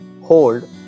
hold